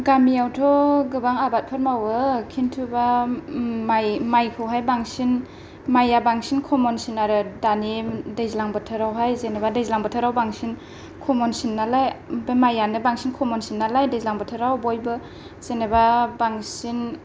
गामियावथ' गोबां आबादफोर मावो खिन्थुबा माइखौहाय बांसिन माइया बांसिन कमन सिन आरो दानि दैज्लां बोथोरावहाय जेनेबा दैज्लां बोथोराव बांसिन कमन सिन नालाय माइयानो बांसिन कमन सिन नालाय दैज्लां बोथोराव बयबो जेनेबा बांसिन